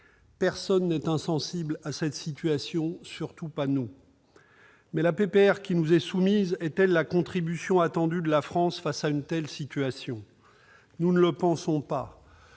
Personne n'est insensible à cette situation, surtout pas nous. Mais la proposition de résolution qui nous est soumise est-elle la contribution attendue de la France face à une telle situation ? Nous ne le pensons pas